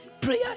prayer